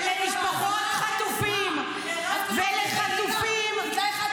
למשפחות חטופים ולחטופים --- כאימא?